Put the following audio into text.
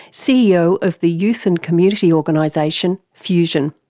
ceo of the youth and community organisation, fusion.